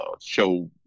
show